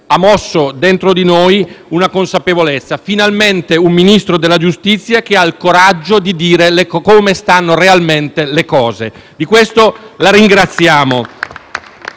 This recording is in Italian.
ha mosso dentro di noi una consapevolezza: finalmente un Ministro della giustizia che ha il coraggio di dire come stanno realmente le cose. Di questo la ringraziamo.